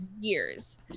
years